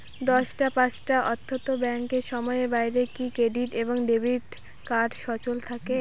দশটা পাঁচটা অর্থ্যাত ব্যাংকের সময়ের বাইরে কি ক্রেডিট এবং ডেবিট কার্ড সচল থাকে?